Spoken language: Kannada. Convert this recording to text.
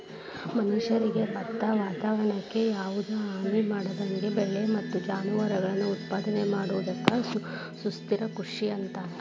ಮನಷ್ಯಾರಿಗೆ ಮತ್ತ ವಾತವರಣಕ್ಕ ಯಾವದ ಹಾನಿಮಾಡದಂಗ ಬೆಳಿ ಮತ್ತ ಜಾನುವಾರಗಳನ್ನ ಉತ್ಪಾದನೆ ಮಾಡೋದಕ್ಕ ಸುಸ್ಥಿರ ಕೃಷಿ ಅಂತಾರ